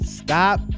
stop